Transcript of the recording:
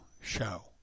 show